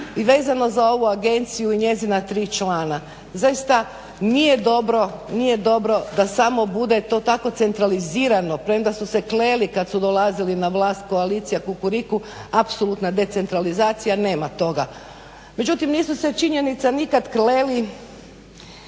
i vezano za ovu agenciju i njezina tri člana. Zaista nije dobro da samo bude to tako centralizirano premda su se kleli kad su dolazili na vlast koalicija kukuriku apsolutna decentralizacija. Nema toga. Međutim, nisu se nikad kleli